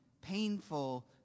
painful